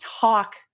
talk